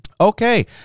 Okay